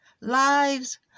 lives